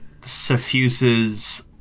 suffuses